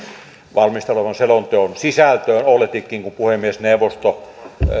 valmisteltavana olevan selonteon sisältöön olletikin kun puhemiesneuvosto